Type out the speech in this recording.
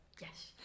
Yes